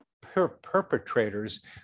perpetrators